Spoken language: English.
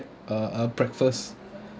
uh a breakfast